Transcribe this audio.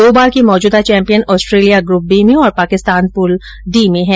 दो बार के मौजूदा चैंपियन ऑस्ट्रेलिया ग्रुप बी में और पाकिस्तान पूल डी में है